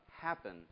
happen